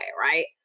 right